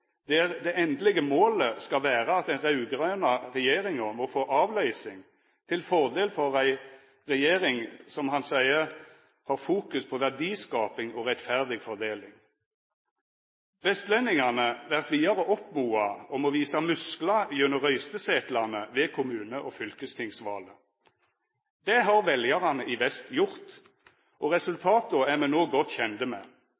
der det endelege målet skal vera at den raud-grøne regjeringa må få avløysing til fordel for ei regjering som har «fokus på verdiskaping og rettferdig fordeling». Vestlendingane vert vidare oppmoda til å visa musklar gjennom røystesetlane ved kommune- og fylkestingsvalet. Det har veljarane i vest gjort, og resultata er me no godt kjende med: